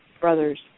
brothers